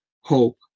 hope